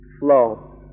flow